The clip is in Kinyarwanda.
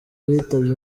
bitavye